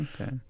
Okay